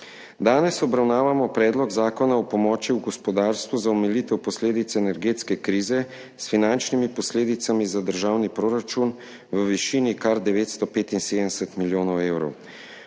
Danes obravnavamo Predlog zakona o pomoči gospodarstvu za omilitev posledic energetske krize, s finančnimi posledicami za državni proračun v višini kar 975 milijonov evrov.